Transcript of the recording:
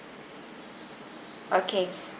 okay